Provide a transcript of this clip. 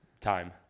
time